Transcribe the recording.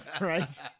right